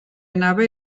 anava